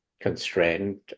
constrained